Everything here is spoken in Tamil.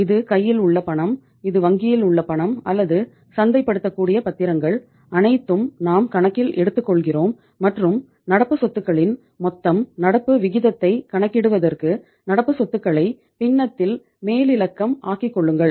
இது கையில் உள்ள பணம் இது வங்கியில் உள்ள பணம் அல்லது சந்தைப்படுத்தக்கூடிய பத்திரங்கள் அனைத்தும் நாம் கணக்கில் எடுத்துக்கொள்கிறோம் மற்றும் நடப்பு சொத்துகளின் மொத்தம் நடப்பு விகிதத்தை கணக்கிடுவதற்கு நடப்பு சொத்துக்களை பின்னத்தில் மேலிலக்கம் ஆக்கிக்கொள்ளுங்கள்